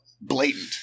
blatant